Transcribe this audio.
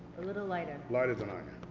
a little lighter. lighter than i am,